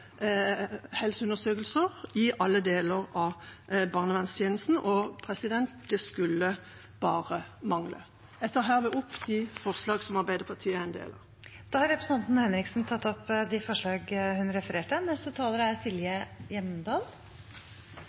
helseundersøkelser i alle deler av barnevernstjenesten, og det skulle bare mangle. Jeg tar opp de forslag som Arbeiderpartiet sammen med andre partier står bak. Da har representanten Kari Henriksen tatt opp forslagene hun refererte til. Jeg er